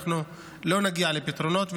אנחנו לא נגיע לפתרונות,